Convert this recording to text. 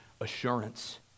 assurance